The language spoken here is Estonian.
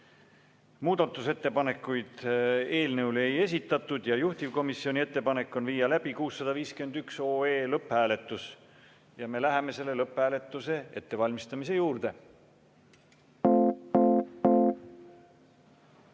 Muudatusettepanekuid eelnõu kohta ei esitatud. Juhtivkomisjoni ettepanek on viia läbi 651 OE lõpphääletus. Ja me läheme lõpphääletuse ettevalmistamise juurde.